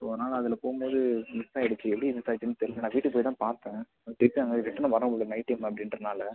so அதனால் அதில் போகும் போது மிஸ் ஆகிடுச்சு எப்படி மிஸ் ஆகிடுச்சுன்னு தெரியல நான் வீட்டுக்கு போய்தான் பார்த்தேன் திட்டினாங்க ரிட்டர்ன் வர முடியல நைட் டைம் அப்படின்றதுனால